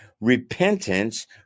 repentance